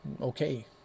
okay